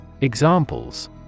Examples